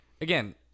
again